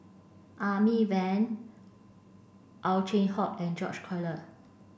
Van Ow Chin Hock and George Collyer